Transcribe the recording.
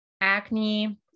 acne